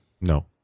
No